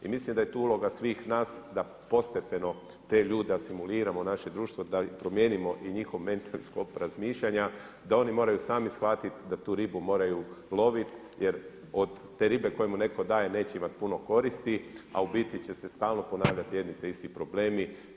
I mislim da je tu uloga svih nas da postepeno te ljude asimuliramo u naše društvo da promijenimo i njihov mentalni sklop razmišljanja, da oni moraju sami shvatiti da tu ribu moraju lovit jer od te ribe koju mu netko daje neće imati puno koristi, a u biti će se stalno ponavljati jedni te isti problemi.